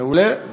מעולה.